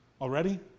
already